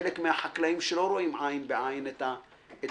יש כאן חלק מהחקלאים שלא רואים עין בעין את ההצעה,